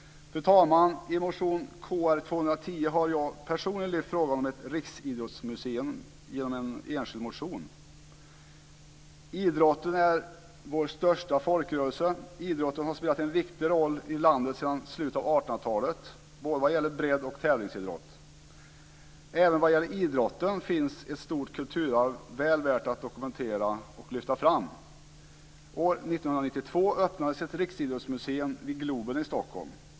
Genom min enskilda motion Kr210 lyfter jag fram frågan om ett riksidrottsmuseeum. Idrotten är vår största folkrörelse och idrotten har spelat en viktig roll i landet alltsedan slutet av 1800-talet vad gäller både bredd och tävlingsidrott. Även vad gäller idrotten finns det ett stort kulturarv väl värt att dokumentera och lyfta fram. År 1992 öppnades ett riksidrottsmuseum vid Globen i Stockholm.